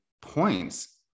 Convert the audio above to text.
points